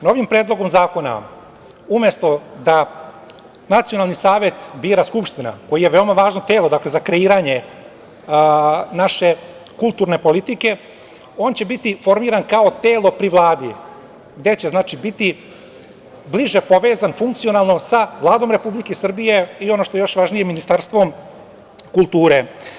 Novim Predlogom zakona umesto da Nacionalni savet bira Skupština, koji je veoma važno telo za kreiranje naše kulturne politike, on će biti formiran kao telo pri Vladi gde će biti bliže povezan funkcionalno sa Vladom Republike Srbije i ono što je još važnije Ministarstvom kulture.